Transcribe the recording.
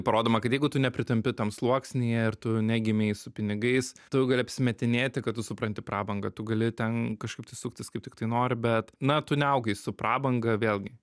parodoma kad jeigu tu nepritampi tam sluoksnyje ir tu negimei su pinigais tu gali apsimetinėti kad tu supranti prabangą tu gali ten kažkaip suktis kaip tiktai nori bet na tu nesaugai su prabanga vėlgi